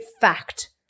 fact